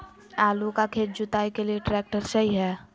आलू का खेत जुताई के लिए ट्रैक्टर सही है?